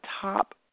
top